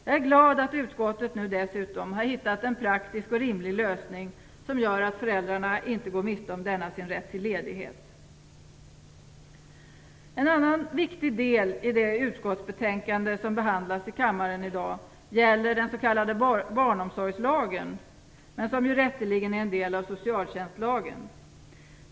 Jag är glad att utskottet dessutom har hittat en praktisk och rimlig lösning som gör att föräldrarna inte går miste om denna sin rätt till ledighet. En annan viktig del i det utskottsbetänkande som behandlas i kammaren i dag gäller den s.k. barnomsorgslagen, som ju rätteligen är en del av socialtjänstlagen.